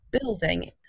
building